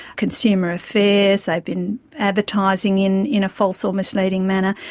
consumer affairs, they've been advertising in in a false or misleading manner.